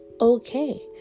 okay